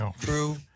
True